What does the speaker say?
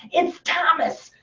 it's thomas!